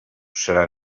serà